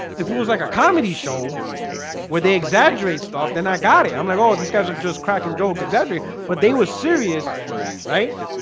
if it was like a comedy show where they exaggerated stuff then i got it i'm like, oh these guys are just cracking jokes exaggerating, but they were serious right,